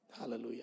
Hallelujah